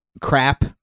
crap